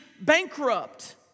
bankrupt